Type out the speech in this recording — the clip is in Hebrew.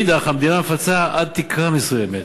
מאידך גיסא, המדינה מפצה עד תקרה מסוימת.